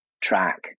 track